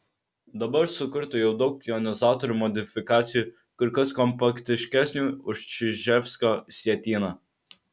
dabar sukurta jau daug jonizatorių modifikacijų kur kas kompaktiškesnių už čiževskio sietyną